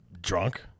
Drunk